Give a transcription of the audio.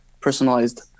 personalized